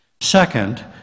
Second